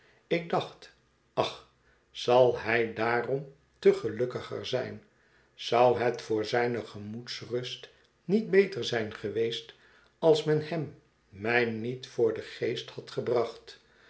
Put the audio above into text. ik dacht ach zal hij daarom te gelukkiger zijn zou het voor zijne gemoedsrust niet beter zijn geweest als men hem mij niet voor den geest had gebracht